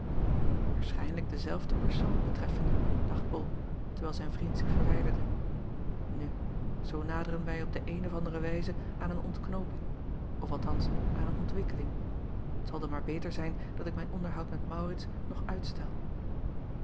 aarschijnlijk dezelfde persoon betreffende dacht ol terwijl zijn vriend zich verwijderde nu zoo naderen wij op de eene of andere wijze aan een ontknooping of althans aan een ontwikkeling t al dan maar beter zijn dat ik mijn onderhoud met aurits nog uitstel